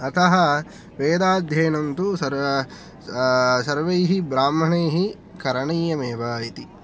अतः वेदाध्ययनं तु सर्व सर्वैः ब्राह्मणैः करणीयमेव इति